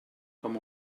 com